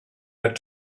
that